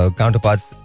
counterparts